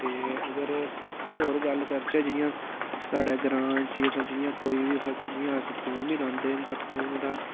ते अगर होर गल्ल करचै जि'यां साढ़े ग्रांऽ च जि'यां कोई जि'यां अस थोम बी रांह्दे तां थोम दा